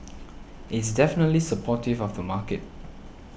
it's definitely supportive of the market